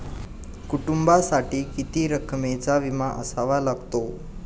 कुटुंबासाठी किती रकमेचा विमा असावा लागतो?